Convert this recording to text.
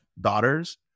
daughters